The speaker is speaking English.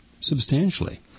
substantially